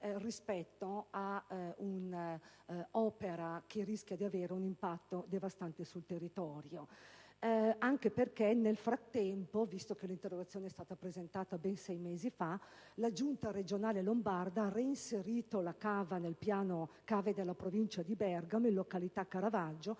rispetto ad un'opera che rischia di avere un impatto devastante sul territorio. Peraltro, nel frattempo, visto che l'interrogazione è stata presentata ben sei mesi fa, la giunta regionale lombarda ha reinserito la cava in località Caravaggio nel piano cave della provincia di Bergamo, nonostante il